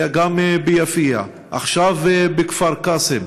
היה גם ביפיע ועכשיו בכפר קאסם.